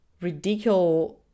ridiculous